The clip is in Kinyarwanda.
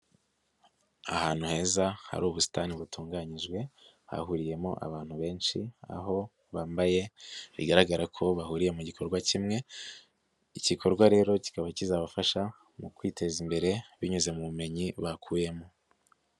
Ahantu heza hari ubusitani butunganyijwe, hahuriyemo abantu benshi, aho bambaye bigaragara ko bahuriye mu gikorwa kimwe igikorwa rero kikaba kizabafasha mu kwiteza imbere binyuze mu bumenyi bakuyemo.